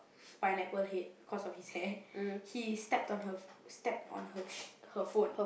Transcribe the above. Pineapple head cause of his hair he stepped on her stepped on her her phone